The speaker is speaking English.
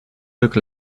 look